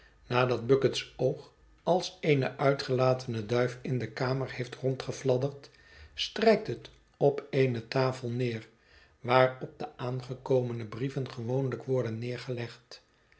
nadat bucket's oog als eene uitgelatene duif in dé kamer heeft rondgefladderd strijkt het op eene tafel neer waarop de aangekomene brieven gewoonlijk worden neergelegd